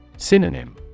Synonym